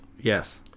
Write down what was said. Yes